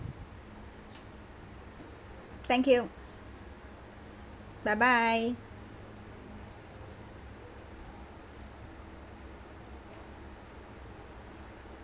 thank you bye bye